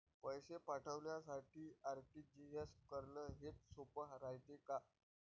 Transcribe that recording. पैसे पाठवासाठी आर.टी.जी.एस करन हेच सोप रायते का?